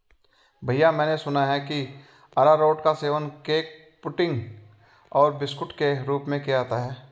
भैया मैंने सुना है कि अरारोट का सेवन केक पुडिंग और बिस्कुट के रूप में किया जाता है